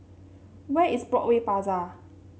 where is Broadway Plaza